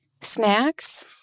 Snacks